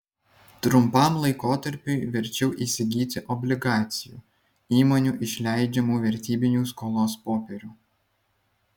trumpam laikotarpiui verčiau įsigyti obligacijų įmonių išleidžiamų vertybinių skolos popierių